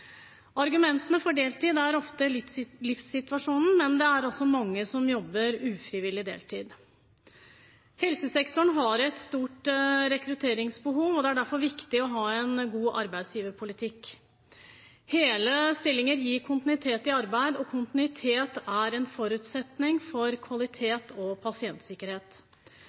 Argumentene for deltid er ofte livssituasjonen, men det er også mange som jobber ufrivillig deltid. Helsesektoren har et stort rekrutteringsbehov, og det er derfor viktig å ha en god arbeidsgiverpolitikk. Hele stillinger gir kontinuitet i arbeidet, og kontinuitet er en forutsetning for kvalitet og pasientsikkerhet.